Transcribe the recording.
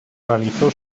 realizó